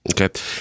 Okay